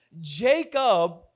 Jacob